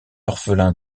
orphelin